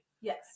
yes